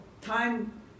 time